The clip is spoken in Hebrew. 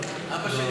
אבא שלי,